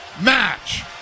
Match